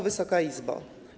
Wysoka Izbo!